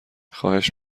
خواهش